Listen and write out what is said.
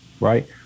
right